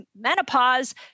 menopause